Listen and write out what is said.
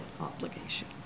obligation